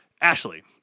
Ashley